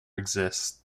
exists